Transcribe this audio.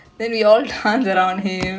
okay